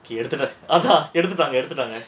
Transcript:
எடுத்துப்பாங்க எடுத்துப்பாங்க:eduthupaanga eduthupaanga